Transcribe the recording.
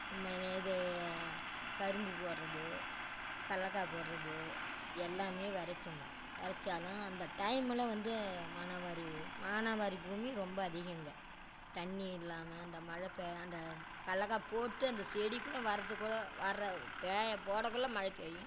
இம் மாதிரி இது கரும்பு போடுறது கடலக்கா போடுறது எல்லாமே வெதைப்போங்க விதச்சாலும் அந்த டைமில் வந்து மானாவாரி மானாவாரி பூமி ரொம்ப அதிகங்க தண்ணி இல்லாமல் அந்த மழை பெய்யா அந்த கடலக்கா போட்டு அந்த செடிக் கூட வர்றத்துக்குக் கூட வர்ற பெய்ய போடக்குள்ளே மழை பெய்யும்